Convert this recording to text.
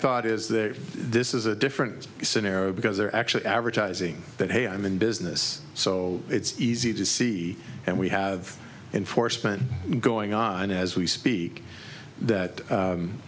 thought is that this is a different scenario because they're actually advertising that hey i'm in business so it's easy to see and we have enforcement going on as we speak that